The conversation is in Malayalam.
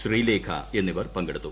ശ്രീലേഖ എന്നിവർ പങ്കെടുത്തു